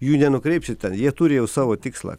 jų nukreipsi ten jie turi jau savo tikslą